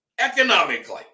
economically